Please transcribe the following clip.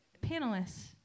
Panelists